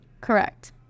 Correct